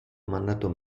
mandato